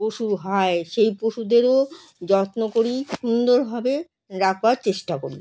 পশু হয় সেই পশুদেরও যত্ন করি সুন্দরভাবে রাখবার চেষ্টা করি